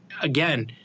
again